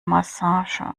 massage